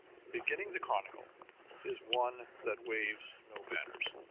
beginning the chronicle is one that waves no banners.